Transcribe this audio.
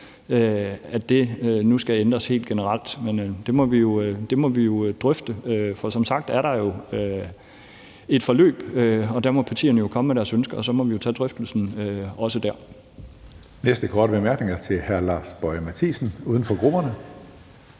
1964, nu skal ændres helt generelt. Men det må vi jo drøfte. For som sagt er der jo et forløb, og der må partierne jo komme med deres ønsker, og så må vi også tage drøftelsen der. Kl. 16:21 Tredje næstformand (Karsten Hønge): Den næste korte bemærkning er til hr. Lars Boje Mathiesen, uden for grupperne.